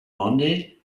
monday